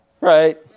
right